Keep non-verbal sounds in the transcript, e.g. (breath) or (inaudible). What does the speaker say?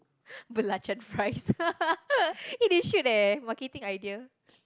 (breath) Belacan fries (laughs) eh they should eh marketing idea